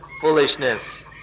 foolishness